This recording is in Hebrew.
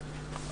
למשל.